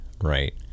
Right